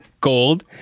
gold